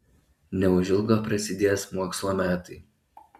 neužilgo prasidės mokslo metai